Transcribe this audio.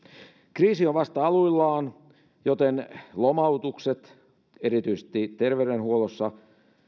kriisi on vasta aluillaan joten lomautukset erityisesti terveydenhuollossa